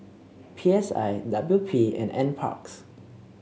P S I W P and NParks